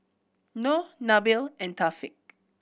Noh Nabil and Thaqif